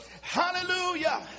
Hallelujah